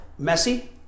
Messi